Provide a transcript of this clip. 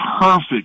perfect